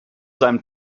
seinem